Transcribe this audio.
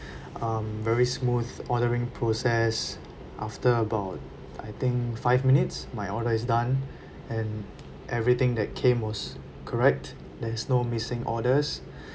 um very smooth ordering process after about I think five minutes my order is done and everything that came was correct there's no missing orders